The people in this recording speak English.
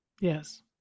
yes